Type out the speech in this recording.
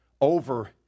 over